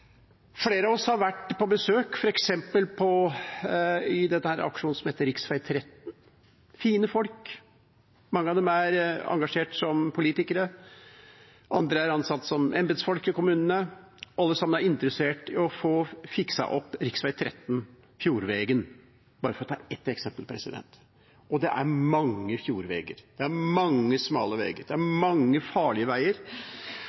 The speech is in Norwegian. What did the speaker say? Flere av oss har vært på besøk hos f.eks. denne aksjonsgruppen som heter Fjordvegen Rute 13 – fine folk, mange av dem er engasjert som politikere, andre er ansatt som embetsfolk i kommunene, alle sammen er interessert i å få fikset opp rv. 13, «Fjordvegen», bare for å ta ett eksempel. Og det er mange fjordveger – det er mange smale veier, det er mange farlige veier.